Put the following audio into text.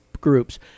groups